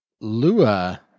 Lua